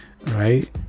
right